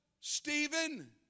Stephen